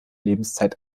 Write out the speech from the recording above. lebenszeit